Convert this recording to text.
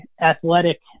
athletic